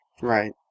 Right